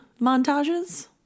montages